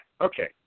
Okay